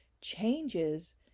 changes